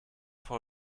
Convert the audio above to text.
for